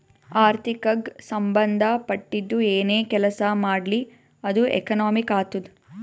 ಆರ್ಥಿಕಗ್ ಸಂಭಂದ ಪಟ್ಟಿದ್ದು ಏನೇ ಕೆಲಸಾ ಮಾಡ್ಲಿ ಅದು ಎಕನಾಮಿಕ್ ಆತ್ತುದ್